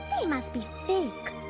they must be fake.